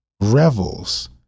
revels